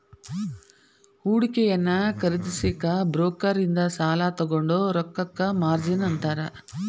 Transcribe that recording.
ಹೂಡಿಕೆಯನ್ನ ಖರೇದಿಸಕ ಬ್ರೋಕರ್ ಇಂದ ಸಾಲಾ ತೊಗೊಂಡ್ ರೊಕ್ಕಕ್ಕ ಮಾರ್ಜಿನ್ ಅಂತಾರ